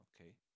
Okay